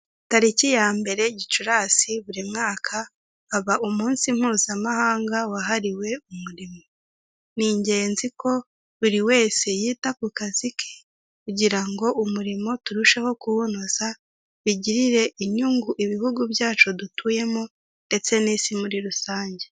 Tariki ya mbere Gicurasi buri mwaka, haba umunsi mpuzamahanga wahariwe umurimo. Ni ingenzi ko buri wese yita ku kazi ke kugira ngo umurimo turusheho kuwunoza; bigirire inyungu ibihugu byacu dutuyemo, ndetse n'isi muri rusange.